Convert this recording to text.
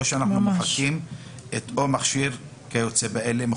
או שאנחנו מוחקים את "או מכשיר כיוצא באלה".